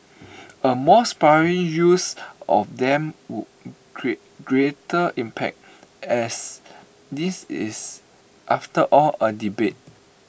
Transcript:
A more sparing use of them would create greater impact as this is after all A debate